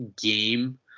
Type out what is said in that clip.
game